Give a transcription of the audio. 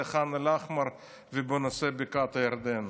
בשני המבחנים: בנושא ח'אן אל-אחמר ובנושא בקעת הירדן.